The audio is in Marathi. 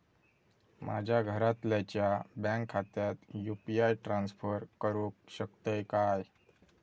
माझ्या घरातल्याच्या बँक खात्यात यू.पी.आय ट्रान्स्फर करुक शकतय काय?